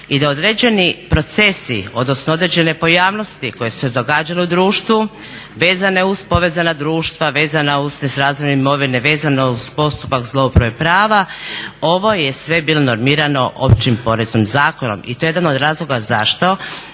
i da određeni procesi, odnosno određene pojavnosti koje su se događale u društvu vezane uz povezana društva, vezana uz nesrazmjer imovine, vezano uz postupak zlouporabe prava ovo je sve bilo normirano Općim poreznim zakonom i to je jedan od razloga zašto